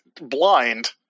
blind